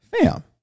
Fam